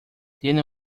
tiene